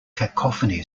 cacophony